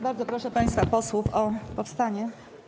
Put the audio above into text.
Bardzo proszę państwa posłów o powstanie.